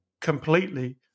completely